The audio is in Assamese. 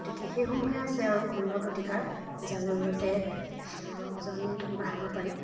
গতিকে সেইসমূহে আছে আৰু ঘৰুৱা প্ৰতিকাৰ যাৰ জৰিয়তে ওজন বঢ়াব পাৰি